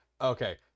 Okay